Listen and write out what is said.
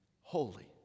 holy